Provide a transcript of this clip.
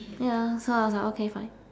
ya so I was like okay fine